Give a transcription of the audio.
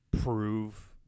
prove